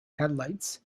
headlights